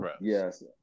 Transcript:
yes